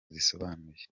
zisobanuye